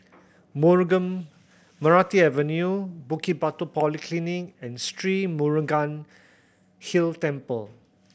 Meranti Avenue Bukit Batok Polyclinic and Sri Murugan Hill Temple